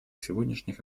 сегодняшних